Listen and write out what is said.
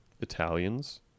Italians